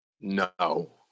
no